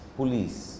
Police